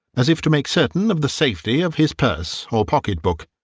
as if to make certain of the safety of his purse or pocket-book,